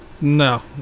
No